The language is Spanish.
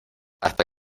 hasta